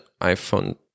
iPhone